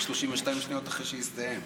42 דקות לרשותך.